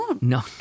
No